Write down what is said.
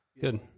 good